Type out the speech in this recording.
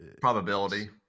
Probability